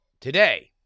today